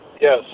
Yes